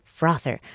frother